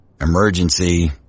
emergency